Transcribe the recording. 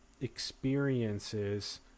experiences